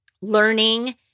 learning